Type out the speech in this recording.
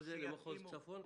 כל זה למחוז צפון?